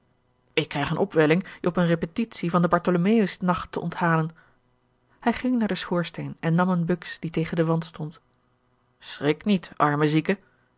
ik krijg eene opwelling je op eene repetitie van den bartholomeusnacht te onthalen hij ging naar den schoorsteen en nam eene buks die tegen den wand stond schrik niet arme zieke